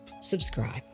subscribe